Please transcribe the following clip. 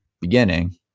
beginning